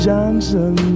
Johnson